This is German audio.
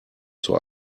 zur